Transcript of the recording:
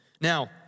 Now